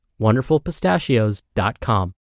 wonderfulpistachios.com